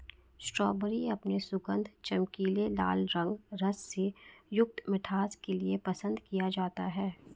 strawberry अपने सुगंध, चमकीले लाल रंग, रस से युक्त मिठास के लिए पसंद किया जाता है